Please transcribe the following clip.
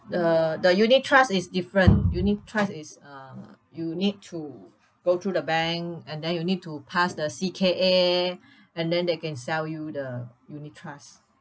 the the unit trust is different unit trust is uh you need to go through the bank and then you need to pass the C_K_A and then they can sell you the unit trust